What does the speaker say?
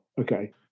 okay